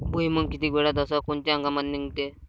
भुईमुंग किती वेळात अस कोनच्या हंगामात निगते?